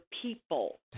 people